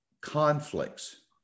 conflicts